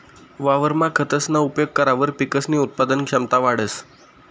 वावरमा खतसना उपेग करावर पिकसनी उत्पादन क्षमता वाढंस